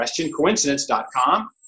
questioncoincidence.com